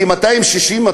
260,000,